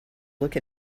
look